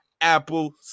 apple